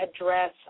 address